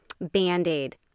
band-aid